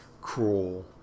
cruel